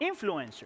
influencers